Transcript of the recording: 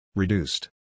Reduced